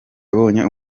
yabonye